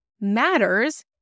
matters